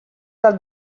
dal